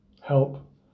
help